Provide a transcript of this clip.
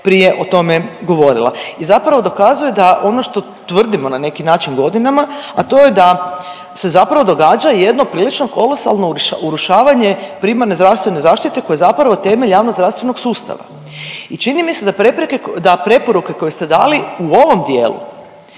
prije o tome govorila. I zapravo dokazuje da ono što tvrdimo na neki način godinama, a to je da se zapravo događa jedno prilično kolosalno urušavanje primarne zdravstvene zaštite koja je zapravo temelj javnozdravstvenog sustava. I čini mi se da preporuke koje ste dali u ovom dijelu